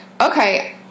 okay